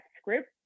script